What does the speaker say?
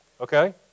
Okay